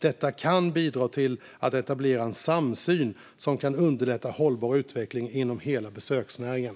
Detta kan bidra till att etablera en samsyn som kan underlätta hållbar utveckling inom hela besöksnäringen.